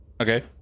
Okay